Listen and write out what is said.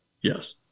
yes